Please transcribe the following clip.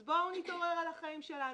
אז בואו נתעורר על החיים שלנו.